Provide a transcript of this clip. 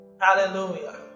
Hallelujah